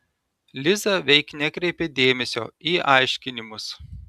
liza veik nekreipė dėmesio į aiškinimus